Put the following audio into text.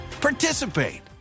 participate